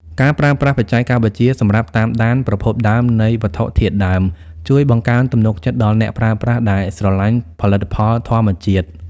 ការប្រើប្រាស់បច្ចេកវិទ្យាសម្រាប់តាមដានប្រភពដើមនៃវត្ថុធាតុដើម ជួយបង្កើនទំនុកចិត្តដល់អ្នកប្រើប្រាស់ដែលស្រឡាញ់ផលិតផលធម្មជាតិ។